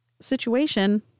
situation